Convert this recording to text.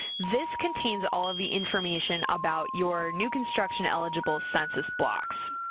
this contains all the information about your new construction eligible census blocks,